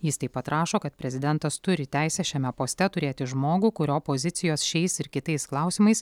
jis taip pat rašo kad prezidentas turi teisę šiame poste turėti žmogų kurio pozicijos šiais ir kitais klausimais